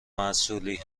محصولی